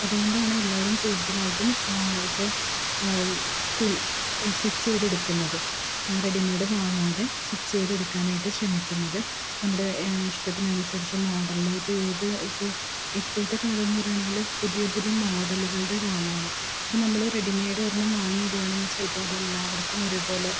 അതുകൊണ്ടാണ് എല്ലാവരും കൂടുതലായിട്ടും ഇപ്പോൾ തുന്നി സ്റ്റിച്ച് ചെയ്ത് എടുക്കുന്നത് റെഡിമെയ്ഡ് വാങ്ങാതെ സ്റ്റിച്ച് ചെയ്ത് എടുക്കാനായിട്ട് ശ്രമിക്കുന്നത് നമ്മുടെ ഇഷ്ടത്തിനനുസരിച്ച് മോഡലിൽ ഇപ്പോൾ ഏത് ഇപ്പോൾ ഇപ്പോഴത്തെ കാലം എന്നു പറയുകയാണെങ്കിൽ പുതിയ പുതിയ മോഡലുകളുടെ കാലമാണ് ഇപ്പോൾ നമ്മൾ റെഡിമെയ്ഡ് ഒരെണ്ണം വാങ്ങി ഇടുകയാണെങ്കിൽ ചിലപ്പം അതെല്ലാവർക്കും ഒരുപോലെ